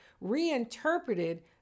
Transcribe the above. reinterpreted